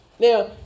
Now